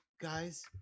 guys